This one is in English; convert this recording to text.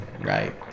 right